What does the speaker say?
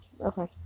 Okay